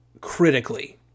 critically